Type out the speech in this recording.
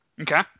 Okay